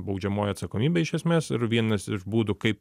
baudžiamoji atsakomybė iš esmės ir vienas iš būdų kaip